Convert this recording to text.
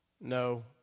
no